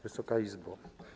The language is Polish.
Wysoka Izbo!